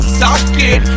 socket